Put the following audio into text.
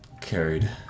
Carried